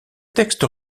textes